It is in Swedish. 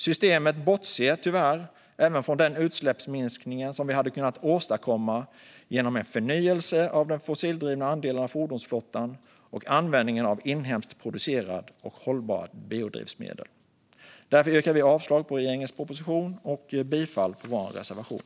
Systemet bortser tyvärr även från den utsläppsminskning som vi hade kunnat åstadkomma genom en förnyelse av den fossildrivna andelen av fordonsflottan och användningen av inhemskt producerade och hållbara biodrivmedel. Därför yrkar jag avslag på regeringens proposition och bifall till vår reservation.